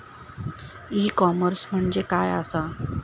E commerce म्हणजे काय असा?